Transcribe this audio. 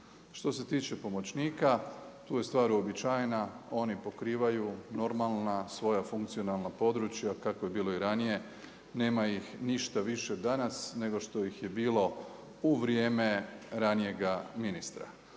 Što se tiče pomoćnika, tu je stvar uobičajena, oni pokrivaju normalna svoja funkcionalna područja kako je bilo i ranije, nema ih ništa više danas nego što ih je bilo u vrijeme ranijega ministra.